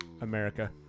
America